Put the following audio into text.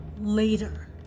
later